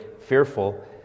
fearful